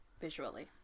Visually